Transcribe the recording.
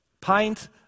pint